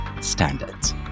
standards